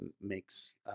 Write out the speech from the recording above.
makes